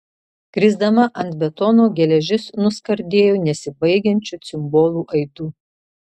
krisdama ant betono geležis nuskardėjo nesibaigiančiu cimbolų aidu